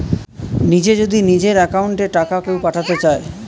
নিজে যদি নিজের একাউন্ট এ টাকা কেও পাঠাতে চায়